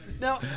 Now